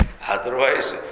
Otherwise